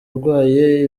urwaye